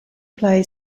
play